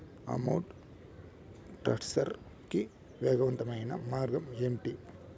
amount transfer కి వేగవంతమైన మార్గం ఏంటి